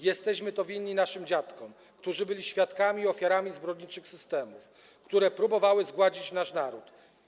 Jesteśmy to winni naszym dziadkom, którzy byli świadkami, ofiarami zbrodniczych systemów, które próbowały zgładzić nasz naród.